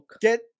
get